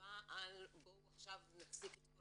מחשבה על "בואו עכשיו נפסיק את כל